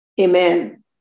Amen